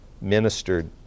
ministered